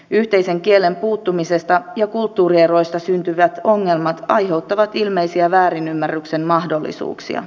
yhteisen kielen puuttumisesta ja kulttuurieroista syntyvät ongelmat aiheuttavat ilmeisiä väärinymmärryksen mahdollisuuksia